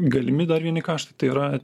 galimi dar vieni kaštai tai yra